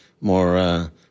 more